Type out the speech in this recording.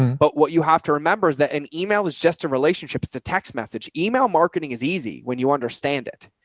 but what you have to remember is that an email is just a relationship. it's a text message. email marketing is easy when you understand it,